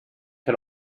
can